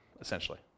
essentially